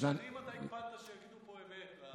שנים אתה הקפדת שיגידו פה אמת.